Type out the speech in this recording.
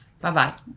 Bye-bye